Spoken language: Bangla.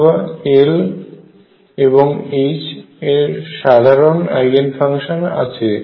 অথবা L এবং H এর সাধারণ আইগেন ফাংশন আছে